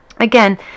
again